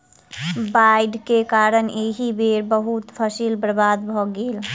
बाइढ़ के कारण एहि बेर बहुत फसील बर्बाद भअ गेल